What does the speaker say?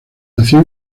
nació